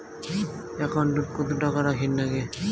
একাউন্টত কত টাকা রাখীর নাগে?